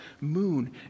moon